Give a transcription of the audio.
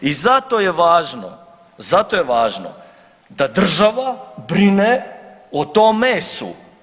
I zato je važno, zato je važno da država brine o tom mesu.